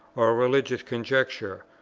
or a religious conjecture,